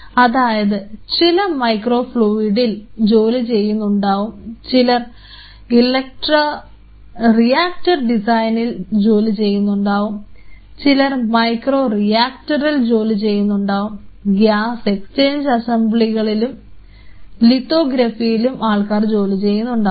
അതായത് ചിലർ മൈക്രോ ഫ്ലൂയിടിൽ ജോലി ചെയ്യുന്നുണ്ടാവും ചിലർ റിയാക്ടർ ഡിസൈനിൽ ജോലി ചെയ്യുന്നുണ്ടാവും ചിലർ മൈക്രോ റിയാക്ടറിൽ ജോലി ചെയ്യുന്നുണ്ടാവും ഗ്യാസ് എക്സ്ചേഞ്ച് അസംബ്ലികളിലും ലിത്തോഗ്രാഫിയിലും ആൾക്കാർ ജോലി ചെയ്യുന്നുണ്ടാവും